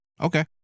Okay